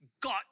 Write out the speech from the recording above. got